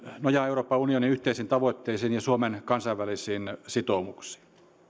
nojaa euroopan unionin yhteisiin tavoitteisiin ja suomen kansainvälisiin sitoumuksiin